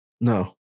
no